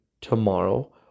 tomorrow